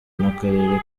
n’akarere